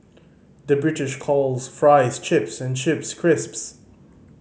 the British calls fries chips and chips crisps